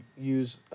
use